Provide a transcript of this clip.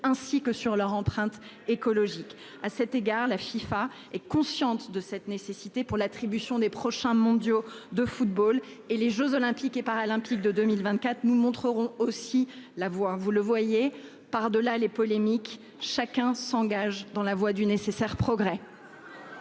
ainsi que sur leur empreinte écologique. À cet égard, la Fifa est consciente de cette nécessité pour l'attribution des prochains Mondiaux de football. C'est ça ... À l'occasion des jeux Olympiques et Paralympiques de 2024, nous montrerons aussi la voie. Vous le voyez, par-delà les polémiques, chacun s'engage dans la voie du nécessaire progrès.